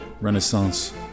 renaissance